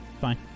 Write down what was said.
Fine